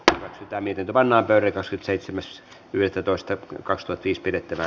tämä sitä miten kovana värikasvi seitsemäs keskustelua ei syntynyt